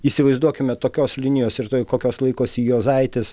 įsivaizduokime tokios linijos ir toj kokios laikosi juozaitis